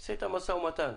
אעשה אתם משא ומתן.